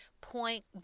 point